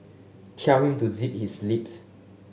tell him to zip his lips